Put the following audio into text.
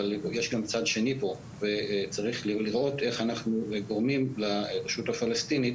אבל יש גם צד שני פה וצריך לראות איך אנחנו גורמים לרשות הפלסטינית